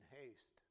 haste